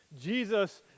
Jesus